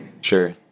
Sure